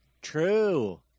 True